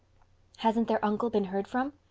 hasn't their uncle been heard from?